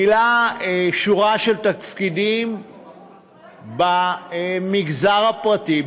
מילא שורה של תפקידים במגזר הפרטי,